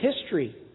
history